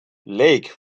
lake